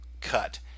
cut